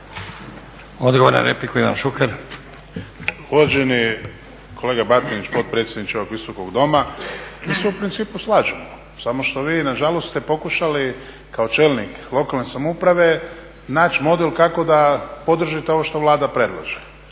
Šuker. **Šuker, Ivan (HDZ)** Uvaženi kolega Batinić, potpredsjedniče ovog Visokog doma, mi se u principu slažemo samo što vi nažalost ste pokušali kao čelnik lokalne samouprave naći model kako da podržite ovo što Vlada predlaže.